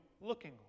looking